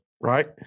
Right